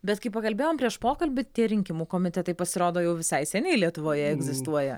bet kai pakalbėjom prieš pokalbį tie rinkimų komitetai pasirodo jau visai seniai lietuvoje egzistuoja